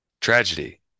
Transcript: tragedy